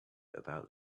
about